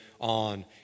on